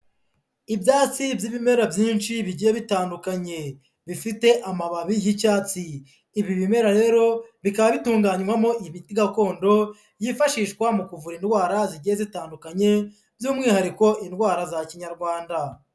Ibyatsi by'ibimera byinshi bigiye bitandukanye, bifite amababi y'icyatsi, ibi bimera rero bikaba bitunganywamo imiti gakondo, yifashishwa mu kuvura indwara zigiye zitandukanye by'umwihariko indwara za kinyarwanda.